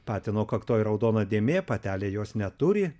patino kaktoj raudona dėmė patelė jos neturi